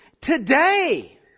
today